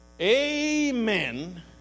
Amen